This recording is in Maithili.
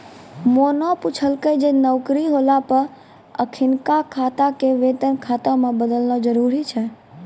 मोना पुछलकै जे नौकरी होला पे अखिनका खाता के वेतन खाता मे बदलना जरुरी छै?